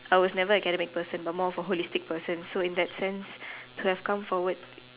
I was never academic person but more of a holistic person so in that sense to have come forward